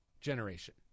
generation